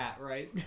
right